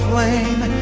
Flame